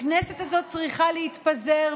הכנסת הזאת צריכה להתפזר,